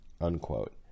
Unquote